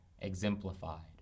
exemplified